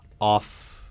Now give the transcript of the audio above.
off